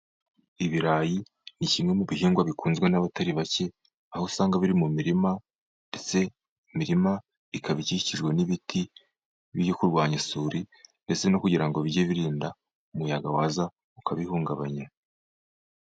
Ibirayi ni kimwe mu bihingwa bikunzwe n'abatari bake, aho usanga biri mu mirima, ndetse imirima ikaba ikikijwe n'ibiti biri kurwanya isuri, ndetse no kugira ngo bijye birinda umuyaga waza ukabihungabanya.